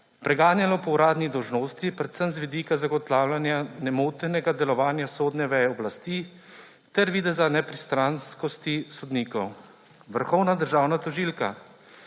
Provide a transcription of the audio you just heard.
preganjalo po uradni dolžnosti, predvsem z vidika zagotavljanja nemotenega delovanja sodne veje oblasti ter videza nepristranskosti sodnikov. Vrhovna državna tožilka